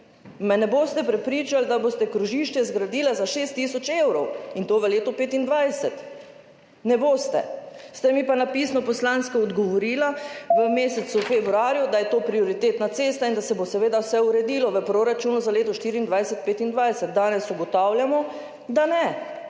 me ne boste prepričali, da boste krožišče zgradili za 6 tisoč evrov, in to v letu 2025. Ne boste. Ste mi pa na pisno poslansko odgovorili v mesecu februarju, da je to prioritetna cesta in da se bo seveda vse uredilo v proračunu za leti 2024, 2025. Danes ugotavljamo da ne.